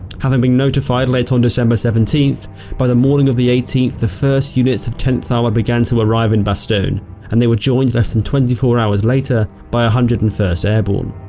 having been notified late on december seventeenth by the morning of the eighteenth the first units of tenth armored ah ah began to arrive in bastogne and they were joined less than twenty four hours later by a hundred and first airborne.